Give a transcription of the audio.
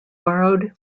borrowed